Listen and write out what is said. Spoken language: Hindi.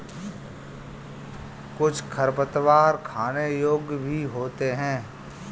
कुछ खरपतवार खाने योग्य भी होते हैं